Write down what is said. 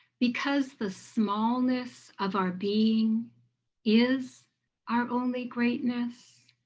because the smallness of our being is our only greatness.